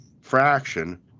Fraction